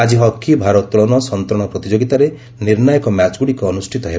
ଆଜି ହକି ଭାରୋଉଳନ ସନ୍ତରଣ ପ୍ରତିଯୋଗିତାରେ ନିର୍ଣ୍ଣାୟକ ମ୍ୟାଚ୍ଗୁଡ଼ିକ ଅନୁଷ୍ଠିତ ହେବ